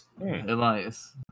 Elias